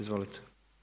Izvolite.